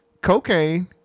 cocaine